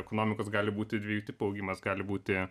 ekonomikos gali būti dviejų tipų augimas gali būti